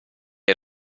had